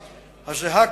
הזהה,